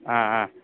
ஆ ஆ